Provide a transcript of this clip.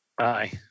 aye